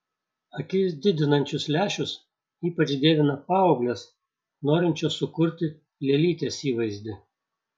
akis didinančius lęšius ypač dievina paauglės norinčios sukurti lėlytės įvaizdį